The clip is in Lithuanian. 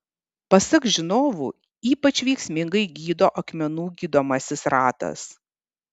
pasak žinovų ypač veiksmingai gydo akmenų gydomasis ratas